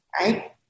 right